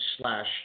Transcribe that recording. slash